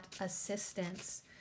assistance